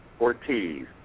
Ortiz